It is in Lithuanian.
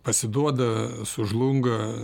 pasiduoda sužlunga